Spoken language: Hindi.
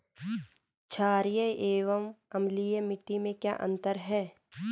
छारीय एवं अम्लीय मिट्टी में क्या अंतर है?